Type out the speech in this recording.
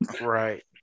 Right